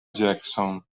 jackson